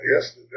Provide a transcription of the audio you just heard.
Yes